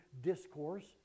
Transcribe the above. discourse